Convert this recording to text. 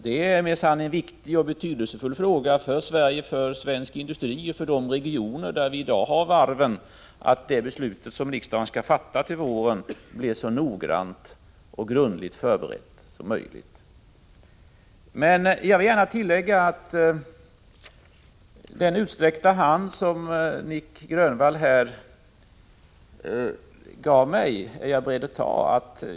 Det är minsann viktigt för Sverige, för svensk industri och för de regioner där vi i dag har varven att det beslut som riksdagen skall fatta till våren blir så noggrant och grundligt förberett som möjligt. Men jag vill gärna tillägga att jag är beredd att ta den utsträckta hand som Nic Grönvall räckte mig.